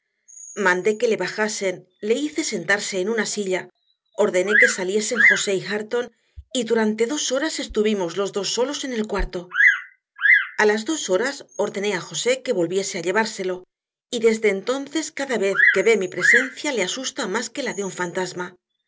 mandé que le bajasen le hice sentarse en una silla ordené que saliesen josé y hareton y durante dos horas estuvimos los dos solos en el cuarto a las dos horas ordené a josé que volviese a llevárselo y desde entonces cada vez que ve mi presencia le asusta más que la de un fantasma